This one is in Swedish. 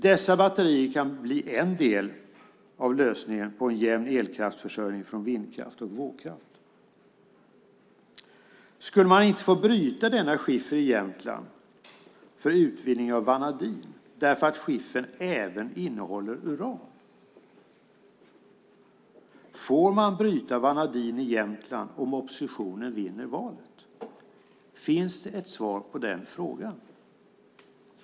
Dessa batterier kan bli en del av lösningen på en jämn elkraftsförsörjning från vindkraft och vågkraft. Skulle man inte få bryta denna skiffer i Jämtland för utvinning av vanadin därför att skiffern även innehåller uran? Får man bryta vanadin i Jämtland om oppositionen vinner valet? Finns det ett svar på den frågan?